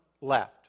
left